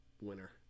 winner